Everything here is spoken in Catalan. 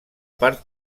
part